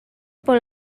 por